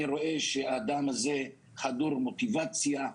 אני רואה שהאדם הזה חדור מוטיבציה,